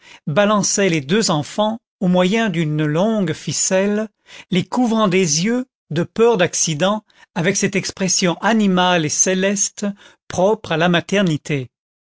balançait les deux enfants au moyen d'une longue ficelle les couvant des yeux de peur d'accident avec cette expression animale et céleste propre à la maternité